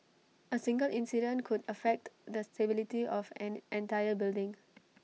A single incident could affect the stability of an entire building